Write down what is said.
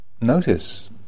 notice